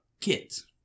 kids